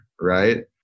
right